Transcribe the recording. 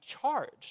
charged